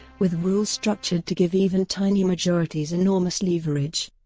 with rules structured to give even tiny majorities enormous leverage.